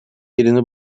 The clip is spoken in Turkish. yerini